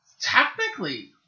technically